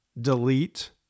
Delete